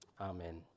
Amen